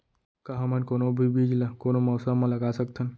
का हमन कोनो भी बीज ला कोनो मौसम म लगा सकथन?